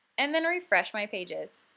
and then refresh my pages.